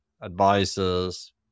advisors